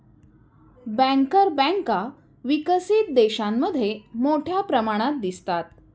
banker बँका विकसित देशांमध्ये मोठ्या प्रमाणात दिसतात